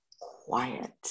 quiet